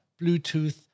Bluetooth